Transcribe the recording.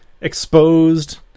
exposed